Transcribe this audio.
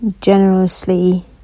generously